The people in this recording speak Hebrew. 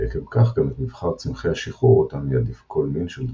ועקב כך גם את מבחר צמחי השיחור אותם יעדיף כל מין של דבורה.